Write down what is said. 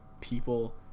people